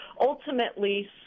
ultimately